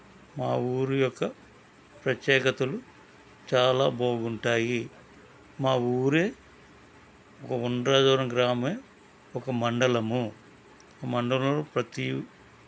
మా ఊరు యొక్క ప్రత్యేకతలు చాలా బాగుంటాయి మా ఊరే ఒక ఉండ్రాజవరం గ్రామమే ఒక మండలము ఆ మండలంలో ప్రతి